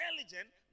intelligent